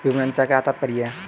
विपणन से क्या तात्पर्य है?